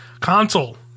console